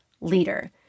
leader